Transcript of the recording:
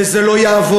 וזה לא יעבור,